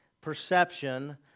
perception